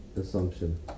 assumption